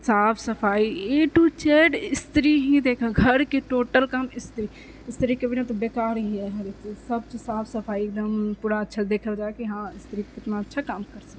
साफ सफाई A to Z स्त्री ही देखऽ घरके टोटल काम स्त्री स्त्रीके बिना तऽ बेकार यऽ सबचीज साफ सफाई एकदम पूरा अच्छासँ देखल जाइ कि हँ स्त्री कितना अच्छा काम करि सकै है